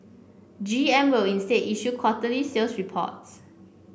G M will instead issue quarterly sales reports